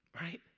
right